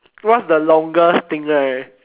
what's the longest thing right